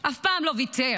אף פעם לא ויתר